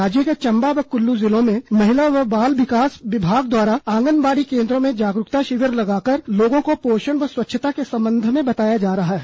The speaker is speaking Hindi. राज्य के चंबा व कुल्लू जिलों में महिला व बाल विकास विभाग द्वारा आंगनबाड़ी केन्द्रों में जागरूकता शिविर लगाकर लोगों को पोषण व स्वच्छता के संबंध में बताया जा रहा है